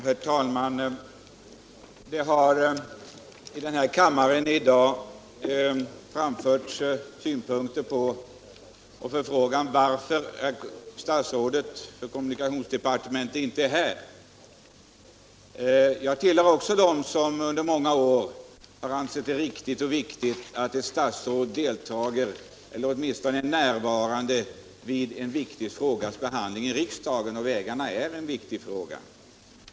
Herr talman! Det har i denna kammare i dag frågats varför statsrådet och chefen för kommunikationsdepartementet inte är här. Jag tillhör också dem som under många år har ansett det riktigt och viktigt att ett statsråd deltar i eller åtminstone är närvarande vid en viktig frågas behandling i riksdagen, och vägarna är en viktig fråga.